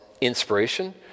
inspiration